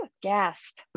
Gasp